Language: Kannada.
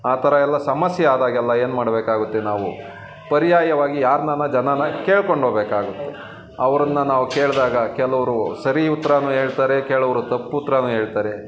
ಆ ಥರಯೆಲ್ಲ ಸಮಸ್ಯೆ ಆದಾಗೆಲ್ಲ ಏನು ಮಾಡಬೇಕಾಗುತ್ತೆ ನಾವು ಪರ್ಯಾಯವಾಗಿ ಯಾರ್ನಾನ ಜನಾನ ಕೇಳಿಕೊಂಡೋಗ್ಬೇಕಾಗುತ್ತೆ ಅವರನ್ನ ನಾವು ಕೇಳಿದಾಗ ಕೆಲವರು ಸರಿ ಉತ್ತರ ಹೇಳ್ತಾರೆ ಕೆಲವ್ರು ತಪ್ಪು ಉತ್ತರ ಹೇಳ್ತಾರೆ